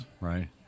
Right